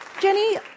Jenny